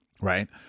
right